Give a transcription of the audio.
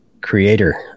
creator